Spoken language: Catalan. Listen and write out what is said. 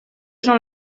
són